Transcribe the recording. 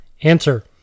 Answer